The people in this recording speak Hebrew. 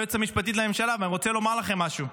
היועצת המשפטית לממשלה, אני רוצה לומר לכם משהו.